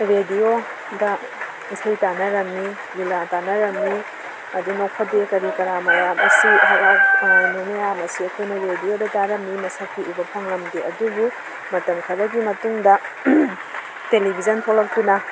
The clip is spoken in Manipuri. ꯔꯦꯗꯤꯌꯣꯗ ꯏꯁꯩ ꯇꯥꯅꯔꯝꯃꯤ ꯂꯤꯂꯥ ꯇꯥꯅꯔꯝꯏ ꯑꯗꯨ ꯅꯣꯛꯐꯗꯦ ꯀꯔꯤ ꯀꯔꯥ ꯃꯌꯥꯝ ꯑꯁꯤ ꯍꯔꯥꯎ ꯃꯌꯥꯝ ꯑꯁꯤ ꯑꯩꯈꯣꯏꯅ ꯔꯦꯗꯤꯌꯣꯗ ꯇꯥꯔꯝꯃꯤ ꯃꯁꯛꯇꯤ ꯎꯕ ꯐꯪꯂꯝꯗꯦ ꯑꯗꯨꯕꯨ ꯃꯇꯝ ꯈꯔꯒꯤ ꯃꯇꯨꯡꯗ ꯇꯦꯂꯤꯕꯤꯖꯟ ꯊꯣꯂꯛꯇꯨꯅ